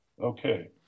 Okay